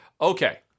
Okay